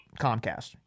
Comcast